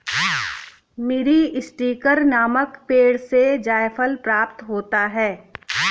मीरीस्टिकर नामक पेड़ से जायफल प्राप्त होता है